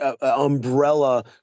umbrella